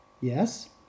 Yes